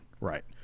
right